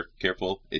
careful